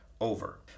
over